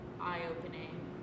eye-opening